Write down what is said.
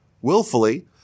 willfully